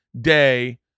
day